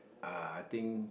uh think